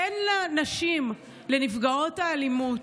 תן לנשים, לנפגעות האלימות,